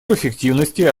эффективности